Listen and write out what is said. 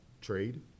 trade